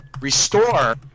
restore